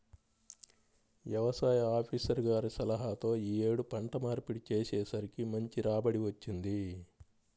యవసాయ ఆపీసర్ గారి సలహాతో యీ యేడు పంట మార్పిడి చేసేసరికి మంచి రాబడి వచ్చింది